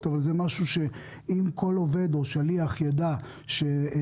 אבל זה משהו שאם כל עובד או שליח ידע שמתבצע,